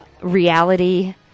reality